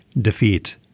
defeat